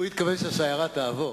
הוא התכוון שהשיירה תעבור.